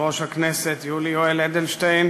יושב-ראש הכנסת יולי יואל אדלשטיין,